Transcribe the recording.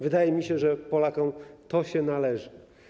Wydaje mi się, że Polakom to się należy.